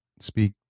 speak